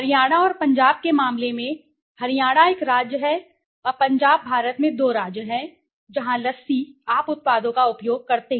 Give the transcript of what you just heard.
हरियाणा और पंजाब के मामले में हरियाणा एक राज्य है और पंजाब भारत में दो राज्य हैं जहाँ लस्सी आप उत्पादों का उपयोग करते हैं